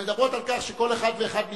המדברות על כך שכל אחד ואחד מאתנו,